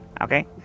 Okay